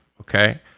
Okay